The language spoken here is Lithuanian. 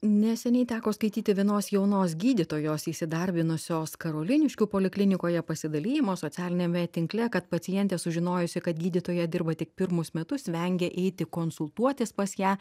neseniai teko skaityti vienos jaunos gydytojos įsidarbinusios karoliniškių poliklinikoje pasidalijimo socialiniame tinkle kad pacientė sužinojusi kad gydytoja dirba tik pirmus metus vengia eiti konsultuotis pas ją